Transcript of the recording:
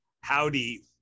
Howdy